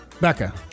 Becca